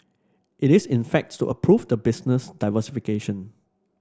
it is in fact to approve the business diversification